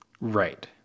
Right